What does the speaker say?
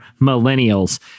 millennials